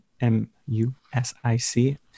M-U-S-I-C